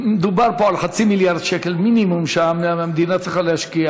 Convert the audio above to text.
דובר פה על חצי מיליארד שקל מינימום שהמדינה צריכה להשקיע,